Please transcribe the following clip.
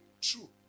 True